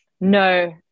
No